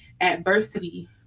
adversity